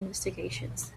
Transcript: investigations